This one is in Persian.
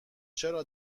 چرا